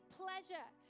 pleasure